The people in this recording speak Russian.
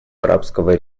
арабского